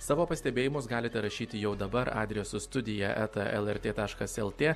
savo pastebėjimus galite rašyti jau dabar adresu studija eta lrt taškas lt